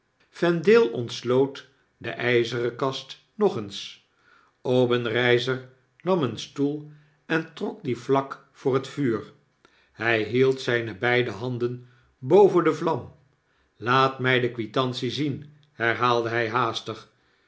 vendale ontsloot de gzeren kast nog eens obenreizer nam een stoel en trok dien vlak voor het vuur hg held zijne beide handen boven de vlam laat mg de quitantie zien herhaalde hg haastig